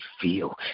feel